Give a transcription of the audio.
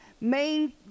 main